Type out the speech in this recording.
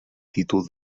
títol